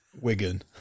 Wigan